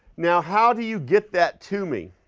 now how do you get that to me?